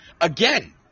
again